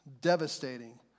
devastating